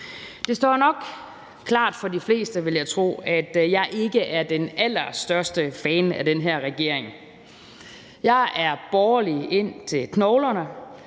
Det står nok klart for de fleste, vil jeg tro, at jeg ikke er den allerstørste fan af den her regering. Jeg er borgerlig ind til knoglerne,